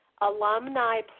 alumni